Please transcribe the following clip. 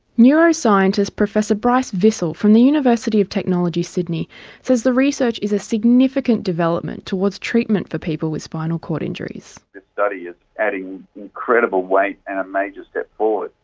neuroscientist professor bryce vissel from the university of technology sydney says the research is a significant development towards treatment for people with spinal cord injuries. this study is adding incredible weight and a major step forward.